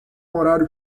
horário